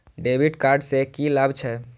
डेविट कार्ड से की लाभ छै?